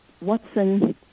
Watson